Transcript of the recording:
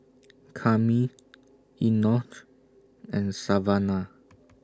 Kami Enoch and Savanna